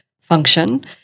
function